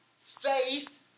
faith